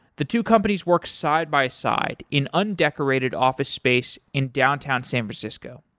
the two companies work side by side in undecorated office space in downtown san francisco.